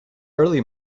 early